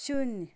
शुन्य